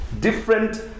different